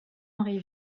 henri